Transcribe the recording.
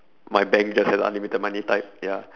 my bank just have unlimited money type ya